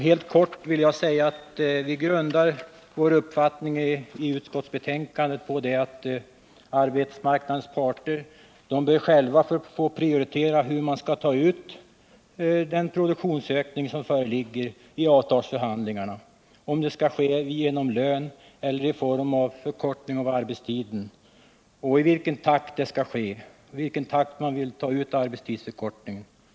Helt kort vill jag säga att utskottsmajoriteten grundar sin uppfattning på att arbetsmarknadens parter i avtalsförhandlingarna själva bör få prioritera uttagandet av produktionsökningen — det må bli en höjning av lönerna eller en förkortning av arbetstiden. Man bör också få bestämma i vilken takt en arbetstidsförkortning skall genomföras.